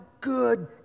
good